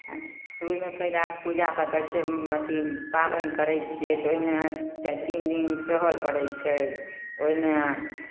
सुरुजमे फाइदा पूजा पाठ करै छियै अथि पाबनि करै छियै तऽ ओहिमे चाइ तीन दिन सहै लए पड़ै छै ओहिमे